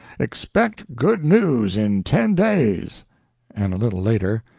expect good news in ten days and a little later,